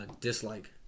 dislike